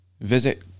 Visit